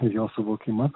jo suvokimą